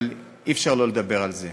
אבל אי-אפשר לא לדבר על זה.